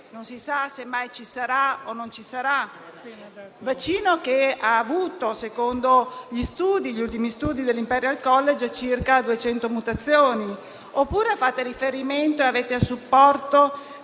non si sa se mai ci sarà? Infatti il virus ha avuto, secondo gli ultimi studi dell'Imperial college, circa 200 mutazioni. Oppure fate riferimento e avete a supporto